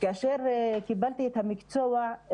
כאשר קיבלתי את המקצוע,